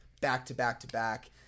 back-to-back-to-back